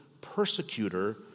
persecutor